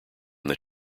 that